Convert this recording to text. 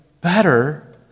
better